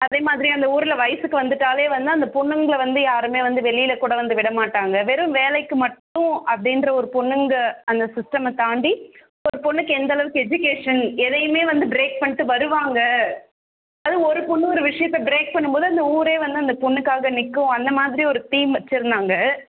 அதேமாதிரி அந்த ஊரில் வயசுக்கு வந்துவிட்டாவே வந்து அந்த பொண்ணுங்களை வந்து யாருமே வந்து வெளியில் கூட வந்து விட மாட்டாங்க வெறும் வேலைக்கு மட்டும் அப்படின்ற ஒரு பொண்ணுங்கள் அந்த சிஸ்டமை தாண்டி ஒரு பொண்ணுக்கு எந்தளவுக்கு எஜுகேஷன் எதையுமே வந்து ப்ரேக் பண்ணிட்டு வருவாங்க அது ஒரு பொண்ணு ஒரு விஷியத்தை ப்ரேக் பண்ணும்போது அந்த ஊரே வந்து அந்த பொண்ணுக்காக நிற்கும் அந்த மாதிரி ஒரு தீம் வச்சுருந்தாங்க